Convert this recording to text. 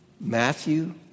Matthew